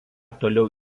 toliau